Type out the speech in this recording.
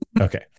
Okay